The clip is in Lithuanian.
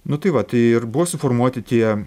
nu tai va tai ir buvo suformuoti tie